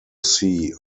see